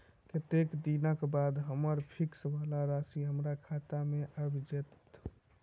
कत्तेक दिनक बाद हम्मर फिक्स वला राशि हमरा खाता मे आबि जैत?